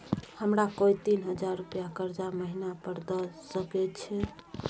हमरा कोय तीन हजार रुपिया कर्जा महिना पर द सके छै?